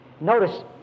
Notice